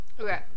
Okay